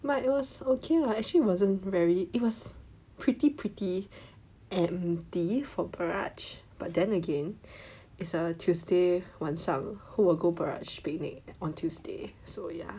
but it was okay lah actually it wasn't very it was pretty pretty empty for Barrage but then again it's a Tuesday 晚上 who will go Barrage picnic on Tuesday so ya